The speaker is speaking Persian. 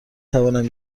توانم